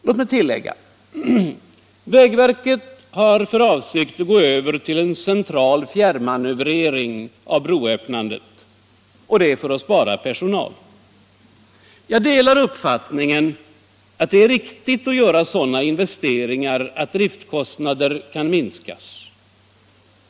Låt mig tillägga: För att spara personal har vägverket för avsikt att gå över till central fjärrmanövrering av broöppnandet. Jag delar uppfattningen att det är riktigt att göra sådana investeringar att driftkostnader kan minskas.